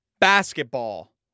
basketball